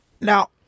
Now